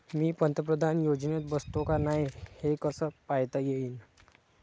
मी पंतप्रधान योजनेत बसतो का नाय, हे कस पायता येईन?